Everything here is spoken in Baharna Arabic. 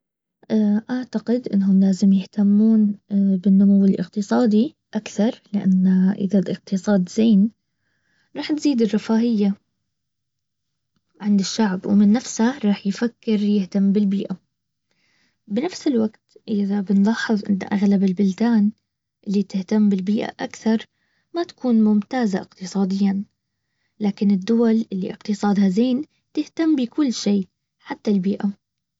اعتقد انهم لازم يهتمون اه بالنمو الاقتصادي اكثر لان اذا الاقتصاد زين راح نفيد الرفاهية عند الشعب ومن نفسه راح يفكر يهتم بالبيئة. بنفس الوقت اذا بنلاحظ ان اغلب البلدان اللي تهتم البيئة اكثر ما تكون ممتازة اقتصاديا. لكن الدول اللي اقتصادها زين تهتم بكل شيء حتى البيئة